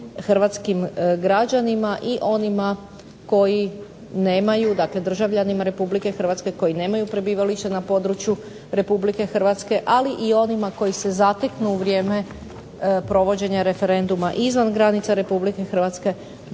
hrvatskim građanima i onima koji nemaju, dakle državljanima Republike Hrvatske koji nemaju prebivalište na području Republike Hrvatske ali i onima koji se zateknu u vrijeme provođenja referenduma izvan granica Republike Hrvatske omogućuje